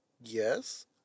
Yes